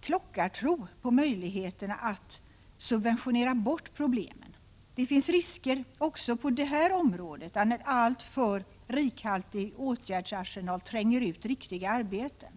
klockartro på möjligheten att subventionera bort problemen. Det finns risk också på detta område att en alltför rikhaltig åtgärdsarsenal tränger ut riktiga arbeten.